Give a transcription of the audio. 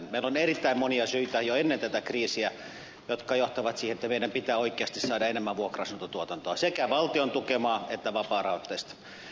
meillä on erittäin monia syitä jo ennen tätä kriisiä jotka johtavat siihen että meidän pitää oikeasti saada enemmän vuokra asuntotuotantoa sekä valtion tukemaa että vapaarahoitteista